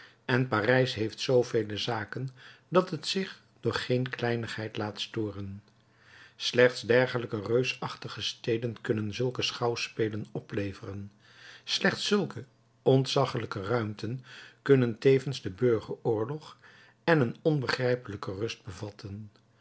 en parijs heeft zoovele zaken dat het zich door geen kleinigheid laat storen slechts dergelijke reusachtige steden kunnen zulke schouwspelen opleveren slechts zulke ontzaggelijke ruimten kunnen tevens den burgeroorlog en een onbegrijpelijke rust bevatten